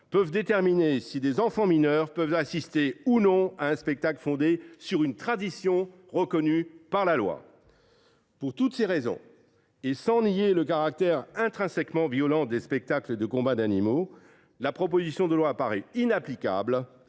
déterminent si leurs enfants mineurs peuvent assister ou non à un spectacle fondé sur une tradition reconnue par la loi. Pour toutes ces raisons, sans nier le caractère intrinsèquement violent des spectacles de combats d’animaux, la commission des lois a estimé que